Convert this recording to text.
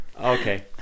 Okay